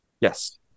Yes